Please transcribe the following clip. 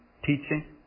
Teaching